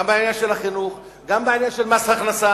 גם בעניין של החינוך, גם בעניין של מס הכנסה,